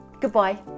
goodbye